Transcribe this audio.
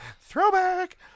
Throwback